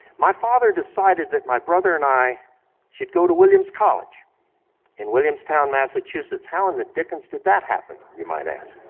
my father decided that my brother and i should go to williams college in williamstown, massachusetts. how in the dickens did that happen, you might ask.